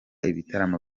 ibitaramo